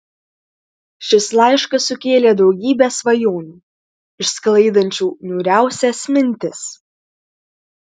šis laiškas sukėlė daugybę svajonių išsklaidančių niūriausias mintis